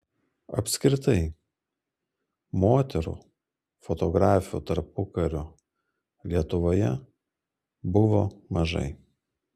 apskritai moterų fotografių tarpukario lietuvoje buvo mažai